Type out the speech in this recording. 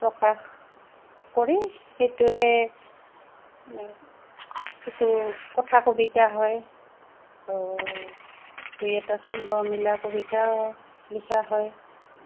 প্ৰকাশ কৰি সেইটোৱে মানে কিছু কথা কবিতা হয় আৰু দুই এটা চন্দ্ৰ মিলা কবিতা লিখা হয়